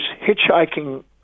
hitchhiking